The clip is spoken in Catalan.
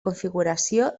configuració